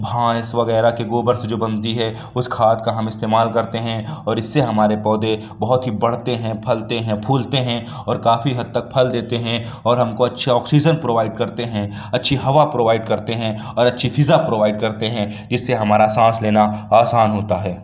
بھینس وغیرہ کے گوبر سے جو بنتی ہے اس کھاد کا ہم استعمال کرتے ہیں اور اس سے ہمارے پودے بہت ہی بڑھتے ہیں پھلتے ہیں پھولتے ہیں اور کافی حد تک پھل دیتے ہیں اور ہم کو اچھے آکسیجن پروائڈ کرتے ہیں اچھی ہوا پروائڈ کرتے ہیں اور اچھی فضا پروائڈ کرتے ہیں اس سے ہمارا سانس لینا آسان ہوتا ہے